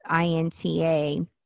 INTA